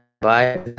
Bye